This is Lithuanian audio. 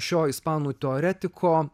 šio ispanų teoretiko